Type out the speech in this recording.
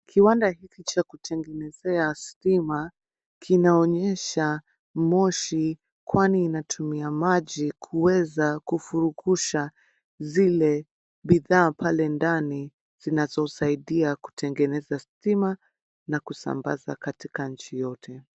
Kiwanda cha kutengenezea stima kinaonyesha moshi kwani inatumia maji kuweza kuvurukusha zile bidhaa pale ndani zinazosaidia kutengeneza stima na kusambaza katika nchi yote.